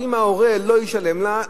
ואם ההורה לא ישלם לה,